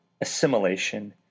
assimilation